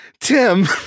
tim